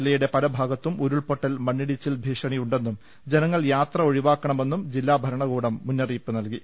ജില്ല യുടെ പല ഭാഗത്തും ഉരുൾപൊട്ടൽ മണ്ണിടിച്ചിൽ ഭീഷണി യുണ്ടെന്നും ജനങ്ങൾ യാത്ര ഒഴിവാക്കണമെന്നും ജില്ലാഭര ണകൂടം മുന്നറിയിപ്പ് നൽകി